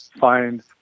find